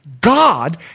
God